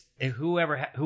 whoever